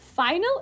final